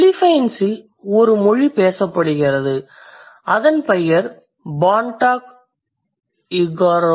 பிலிப்பைன்ஸில் ஒரு மொழி பேசப்படுகிறது அதன் பெயர் Bontoc Igorot